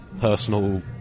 personal